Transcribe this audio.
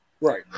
right